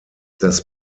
das